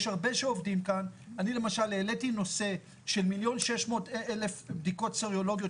אני למשל העליתי נושא של 1,600,000 בדיקות סרולוגיות,